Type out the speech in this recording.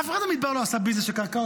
אף אחד במדבר לא עשה ביזנס של קרקעות.